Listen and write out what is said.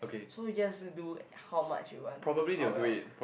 so just do how much you want how well